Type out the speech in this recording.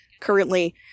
currently